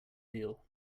deal